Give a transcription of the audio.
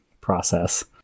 process